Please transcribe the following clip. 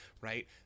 right